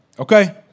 Okay